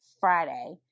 Friday